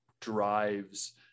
drives